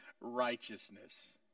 righteousness